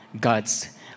God's